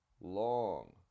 Long